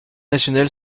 nationale